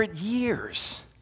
years